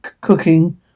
cooking